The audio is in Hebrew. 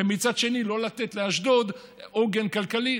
ומצד שני לא לתת לאשדוד עוגן כלכלי.